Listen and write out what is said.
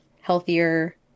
healthier